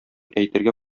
әйтергә